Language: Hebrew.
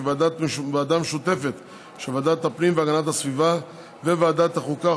כי ועדה משותפת של ועדת הפנים והגנת הסביבה וועדת החוקה,